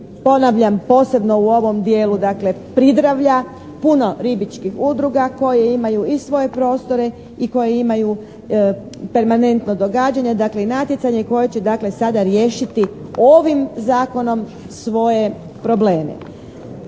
ponavljam posebno u ovom dijelu dakle pridravlja puno ribičkih udruga koje imaju i svoje prostore i koje imaju permanentno događanja, dakle i natjecanje i koje će dakle sada riješiti ovim Zakonom svoje probleme.